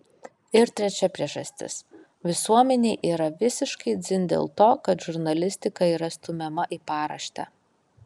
ir trečia priežastis visuomenei yra visiškai dzin dėl to kad žurnalistika yra stumiama į paraštę